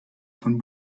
von